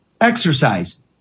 exercise